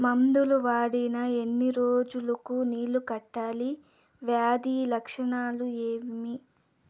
మందులు వాడిన ఎన్ని రోజులు కు నీళ్ళు కట్టాలి, వ్యాధి లక్షణాలు ఏమి?